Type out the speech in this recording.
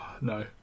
No